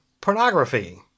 Pornography